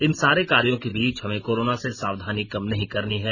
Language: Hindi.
इन सारे कार्यों के बीच हमें कोरोना से सावधानी कम नहीं करनी है